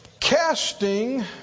Casting